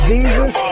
Jesus